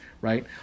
right